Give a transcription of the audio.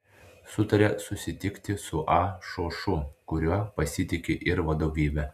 sutarė susitikti su a šošu kuriuo pasitiki ir vadovybė